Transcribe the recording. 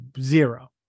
zero